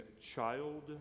child